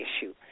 issue